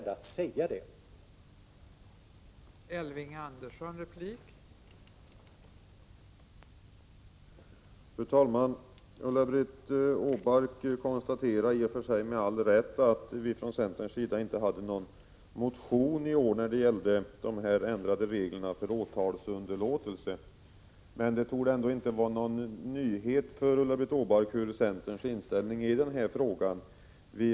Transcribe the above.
6 maj 1986